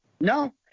No